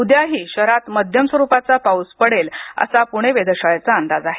उद्याही शहरात मध्यम स्वरुपाचा पाऊस पडेल असा पुणे वेधशाळेचा अंदाज आहे